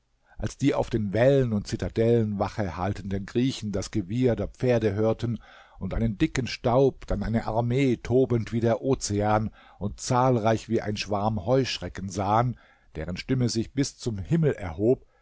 als die auf den wällen und zitadellen wache haltenden griechen das gewieher der pferde hörten und einen dicken staub dann eine armee tobend wie der ozean und zahlreich wie ein schwarm heuschrecken sahen deren stimme sich bis zum himmel erhob